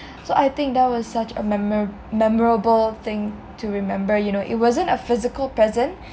so I think that was such a memorable thing to remember you know it wasn't a physical present